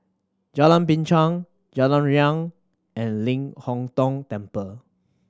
Jalan Binchang Jalan Riang and Ling Hong Tong Temple